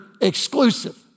exclusive